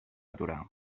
aturar